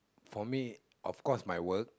for me of course my work